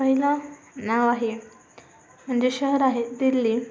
पहिलं नाव आहे म्हणजे शहर आहे दिल्ली